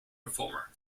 performer